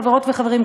חברות וחברים,